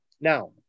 Now